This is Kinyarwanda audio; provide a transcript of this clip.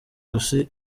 isi